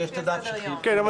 קראתי את שלושתן.